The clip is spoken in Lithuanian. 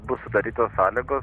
bus sudarytos sąlygos